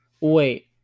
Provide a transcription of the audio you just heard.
wait